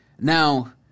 Now